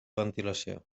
ventilació